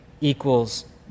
equals